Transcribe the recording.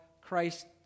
Christ